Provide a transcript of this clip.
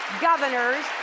governors